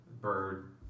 bird